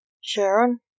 Sharon